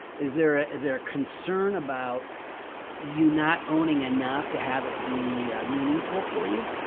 is there ah is there a concern about you not owning enough to have it be meaningful for you?